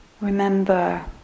remember